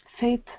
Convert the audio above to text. Faith